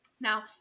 Now